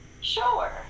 Sure